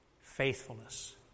faithfulness